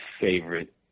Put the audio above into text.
favorite